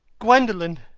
gwendolen!